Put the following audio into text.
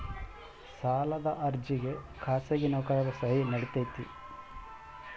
ಸಾಲದ ಅರ್ಜಿಗೆ ಖಾಸಗಿ ನೌಕರರ ಸಹಿ ನಡಿತೈತಿ?